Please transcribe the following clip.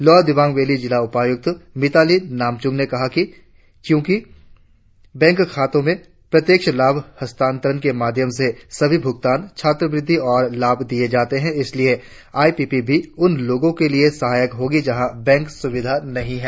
lower Dibang valley जिला उपायुक्त मिताली नामचूम ने कहा कि चूंकि बैंक खातों में प्रत्यक्ष लाभ हस्तातरण के माध्यम से सभी भुगतान छात्र वृत्ती और लाभ दिये जाते है इसलिए आई पी पी बी उन लोगों के लिए सहायक होगी जहा बैंकिंग सुविधाएं नहीं है